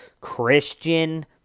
Christian